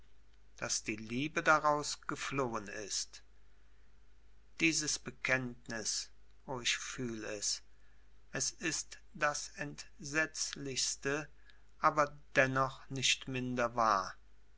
daß die liebe daraus geflohen ist dieses bekenntnis o ich fühl es es ist das entsetzlichste aber dennoch nicht minder